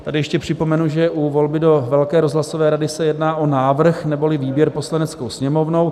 Tady ještě připomenu, že u volby do velké rozhlasové rady se jedná o návrh, neboli výběr Poslaneckou sněmovnou.